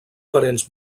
parents